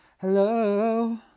Hello